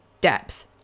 depth